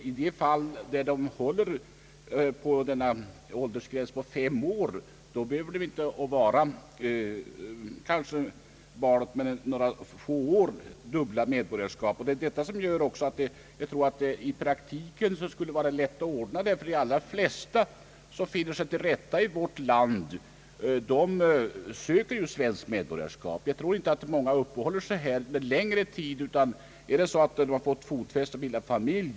I det fall då man håller fast vid åldersgränsen fem år för att få bli svensk medborgare behöver inte barnet ha dubbelt medborgarskap mer än några få år. Det är det som gör att jag tror att det i praktiken skulle vara lätt att ordna denna fråga. De allra flesta som finner sig till rätta i vårt land söker ju svenskt medborgarskap. Jag tror inte det är många som uppehåller sig i vårt land under längre tid utan att söka svenskt medborgarskap.